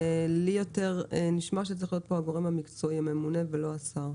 לי נשמע יותר שצריך להיות פה הגורם המקצועי הממונה ולא השר,